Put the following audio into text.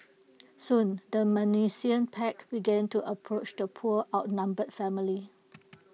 soon the menacing pack began to approach the poor outnumbered family